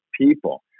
people